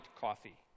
coffee